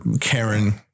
Karen